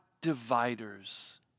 dividers